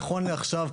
נכון לעכשיו,